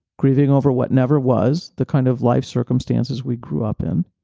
grieving over what never was the kind of life circumstances we grew up in,